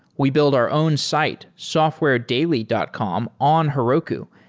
we build our own site, softwaredaily dot com on heroku,